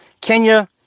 Kenya